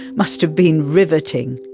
must have been riveting.